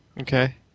Okay